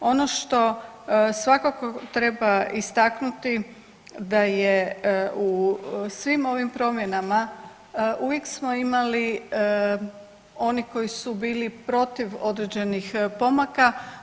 Ono što svakako treba istaknuti, da je u svim ovim promjenama uvijek smo imali oni koji su bili protiv određenih pomaka.